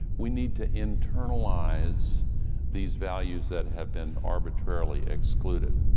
we need to internalize these values that have been arbitrarily excluded.